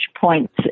points